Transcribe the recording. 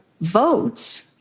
votes